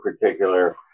particular